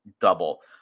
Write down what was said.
double